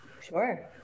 Sure